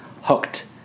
Hooked